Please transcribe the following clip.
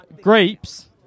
Grapes